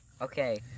Okay